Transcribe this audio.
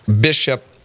Bishop